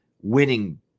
winning